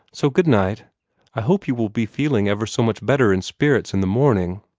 so good-night i hope you will be feeling ever so much better in spirits in the morning.